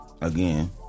again